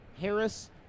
Harris